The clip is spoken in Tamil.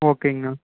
ஓகேங்கண்ணா